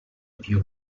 più